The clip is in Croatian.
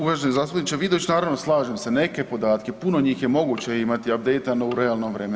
Uvaženi zastupniče Vidović, naravno slažem se, neke podatke, puno njih je moguće imati abdejtano u realnom vremenu.